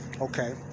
Okay